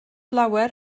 lawer